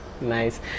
Nice